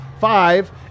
five